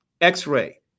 X-ray